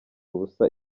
ubusa